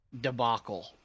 debacle